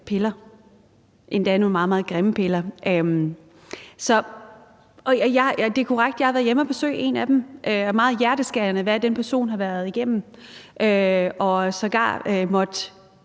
piller, endda nogle meget, meget grimme piller. Og det er korrekt, at jeg har været hjemme at besøge en af dem, og det er meget hjerteskærende, hvad den person har været igennem. Hun har sågar måttet